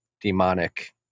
demonic